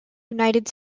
united